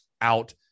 out